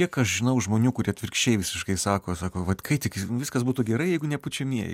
kiek aš žinau žmonių kurie atvirkščiai visiškai sako sako vat kai tik viskas būtų gerai jeigu ne pučiamieji